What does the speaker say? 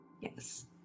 Yes